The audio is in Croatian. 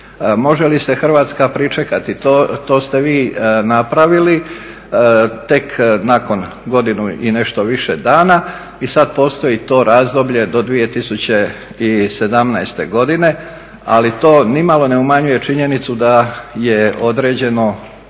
Može li se Hrvatska pričekati, to ste vi napravili, tek nakon godinu i nešto više dana i sad postoji to razdoblje do 2017. godine,a li to nimalo ne umanjuje činjenicu da je određeno